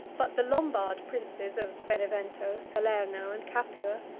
but the lombard princes of benevento, salerno, and capua,